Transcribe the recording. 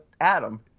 Adam